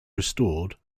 restored